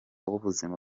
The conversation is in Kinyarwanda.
w’ubuzima